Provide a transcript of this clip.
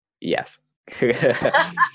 Yes